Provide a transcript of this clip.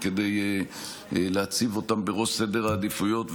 וכדי להציב אותם בראש סדר העדיפויות,